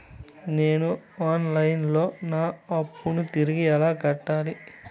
నేను online లో నా అప్పును తిరిగి ఎలా కట్టాలి?